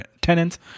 tenants